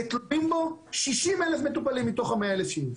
ותלויים בה 60,000 מטופלים מתוך ה-100,000 שיש.